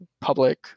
public